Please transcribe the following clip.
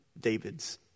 David's